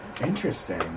Interesting